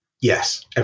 Yes